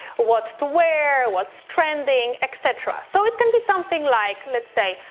what to wear, what's trending, et cetera. so it can be something like, let's say,